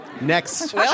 Next